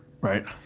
Right